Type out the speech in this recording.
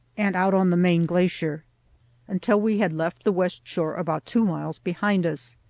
and out on the main glacier until we had left the west shore about two miles behind us.